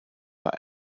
war